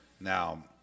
now